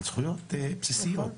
על זכויות בסיסיות.